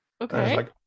okay